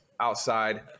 outside